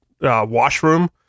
washroom